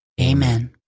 Amen